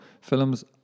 Films